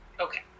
Okay